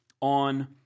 on